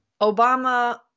Obama